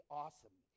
awesome